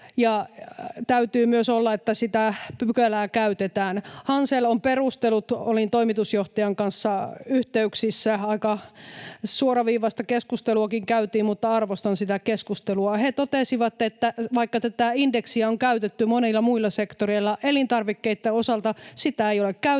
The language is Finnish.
täytyy myös olla niin, että sitä pykälää käytetään. Olin Hanselin toimitusjohtajan kanssa yhteyksissä. Aika suoraviivaistakin keskustelua käytiin, mutta arvostan sitä keskustelua. He totesivat, että vaikka tätä indeksiä on käytetty monilla muilla sektoreilla, elintarvikkeitten osalta sitä ei ole käytetty,